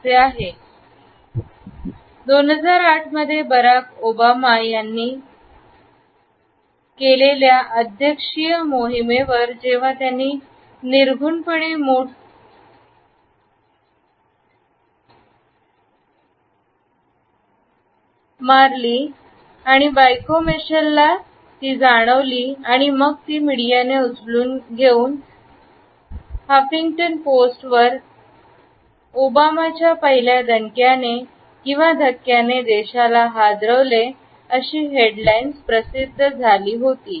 मध्ये लोकप्रिय होते २००8 मध्ये बराक ओबामा यांनी केलेल्या अध्यक्षीय मोहिमेवर जेव्हा त्यांनी निर्घृणपणे मुठ मारली बायको मिशेलला आणि मग ती मीडियाने उचलून घेऊन आणि हफिंग्टन पोस्टवर तेव्हा ओबामाच्या पहिल्या धक्क्याने किंवा दणक्याने देशाला हादरवले अशी हेडलाइन प्रसिद्ध झाली होती